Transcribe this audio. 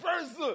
person